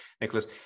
Nicholas